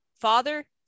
father